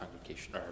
congregation